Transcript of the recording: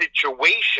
situation